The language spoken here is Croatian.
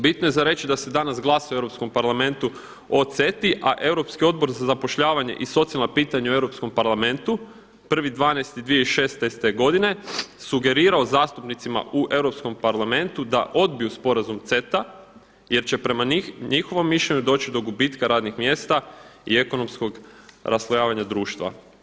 Bitno je reći da se danas glasuje u Europskom parlamentu o CETA-i, a Europski odbor za zapošljavanje i socijalna pitanja u Europskom parlamentu 1.12.2016. godine sugerirao zastupnicima u Europskom parlamentu da odbiju sporazum CETA jer će prema njihovom mišljenju doći do gubitka radnih mjesta i ekonomskog raslojavanja društva.